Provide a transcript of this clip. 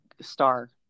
star